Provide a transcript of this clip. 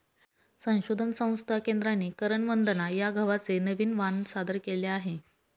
संशोधन संस्था केंद्राने करण वंदना या गव्हाचे नवीन वाण सादर केले आहे